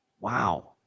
Wow